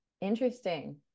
Interesting